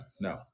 No